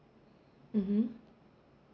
mmhmm